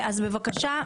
אז בבקשה,